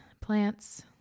plants